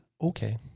Okay